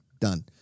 Done